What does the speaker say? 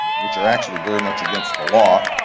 which are actually very much against the law.